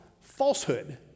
falsehood